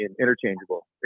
interchangeable